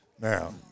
Now